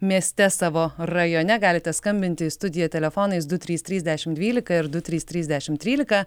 mieste savo rajone galite skambinti į studiją telefonais du trys trys dešim dvylika ir du trys trys dešim trylika